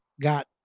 got